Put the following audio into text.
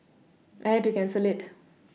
I had to cancel it